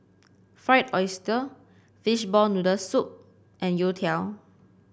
Fried Oyster Fishball Noodle Soup and youtiao